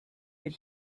but